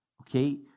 okay